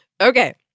Okay